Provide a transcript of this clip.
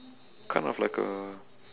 kind of like a